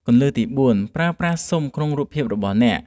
គន្លឹះទី៤ ប្រើប្រាស់ស៊ុមក្នុងរូបភាពរបស់អ្នក ។